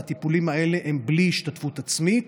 והטיפולים האלה הם בלי השתתפות עצמית.